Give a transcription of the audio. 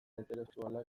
heterosexualak